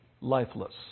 lifeless